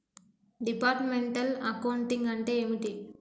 Departmental accounting అంటే ఏమిటి?